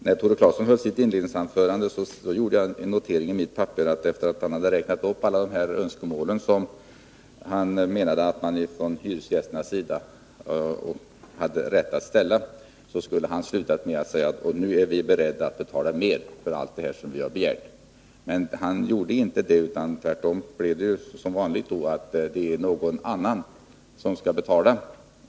När Tore Claeson höll sitt inledningsanförande noterade jag att han, efter det han hade räknat upp alla de önskemål som han menar att hyresgästerna hade rätt att framställa, borde ha slutat med att säga: Nu är vi beredda att betala mer för allt det som vi har begärt. Men han gjorde inte det, utan tvärtom blev det som vanligt så att någon annan skall betala.